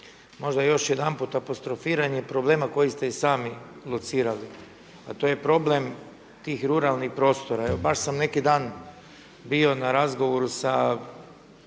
možda još jedanputa apostrofiranje problema koji ste i sami locirali, a to je problem tih ruralnih prostora. Evo baš sam neki dan bio na razgovoru sa